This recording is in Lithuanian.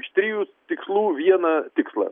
iš trijų tikslų vieną tikslą